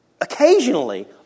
occasionally